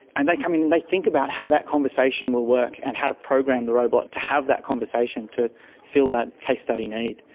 and they come in and they think about how that conversation will work and how to program the robot to have that conversation, to fill that case study need.